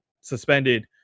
suspended